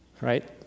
Right